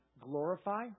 glorify